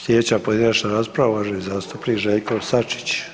Slijedeća pojedinačna rasprava uvaženi zastupnik Željko Sačić.